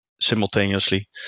simultaneously